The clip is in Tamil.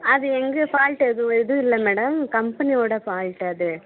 அது எங்கள் ஃபால்ட் எதுவும் எதுவும் இல்லை மேடம் கம்பனி உட ஃபால்ட் அது